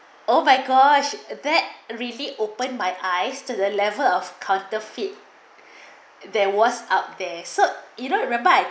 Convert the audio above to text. oh my gosh that really opened my eyes to the level of counterfeit there was up there so you don't remember